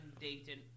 Dayton